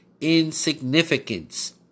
insignificance